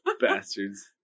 Bastards